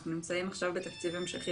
אנחנו נמצאים עכשיו בתקציב המשכי,